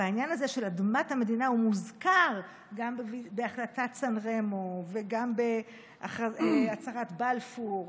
והעניין הזה של אדמת המדינה מוזכר גם בהחלטת סן רמו וגם בהצהרת בלפור,